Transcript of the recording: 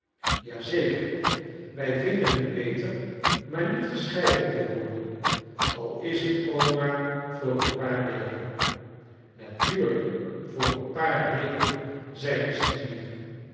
zeker wij vinden het beter maar niet gescheiden te worden al is het ook maar voor een paar weken natuurlijkl voor een paar weken zei de cipier